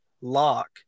lock